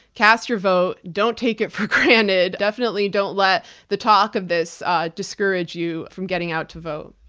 cast your vote, don't take it for granted. definitely don't let the talk of this discourage you from getting out to vote.